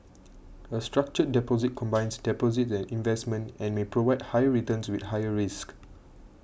a structured deposit combines deposits and investments and may provide higher returns with higher risks